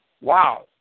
wow